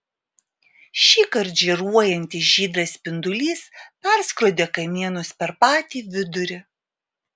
šįkart žėruojantis žydras spindulys perskrodė kamienus per patį vidurį